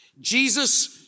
Jesus